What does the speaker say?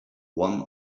one